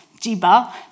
jiba